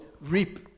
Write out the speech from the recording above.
Reap